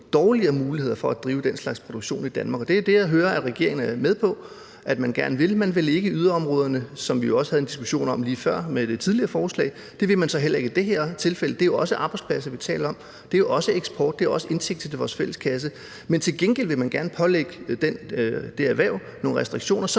dårligere muligheder for at drive den slags produktion i Danmark, og det er det, jeg hører regeringen gerne vil. Man vil ikke yderområderne, som vi jo også havde en diskussion om lige før ved det tidligere forslag. Det vil man så heller ikke i det her tilfælde. Det er også arbejdspladser, vi taler om. Det er også eksport. Det er også indtægt til vores fælleskasse. Til gengæld vil man gerne pålægge det erhverv nogle restriktioner, som